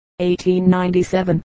1897